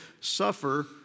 suffer